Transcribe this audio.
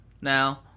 now